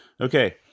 Okay